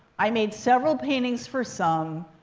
i made several paintings for some.